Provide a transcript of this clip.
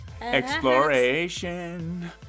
Exploration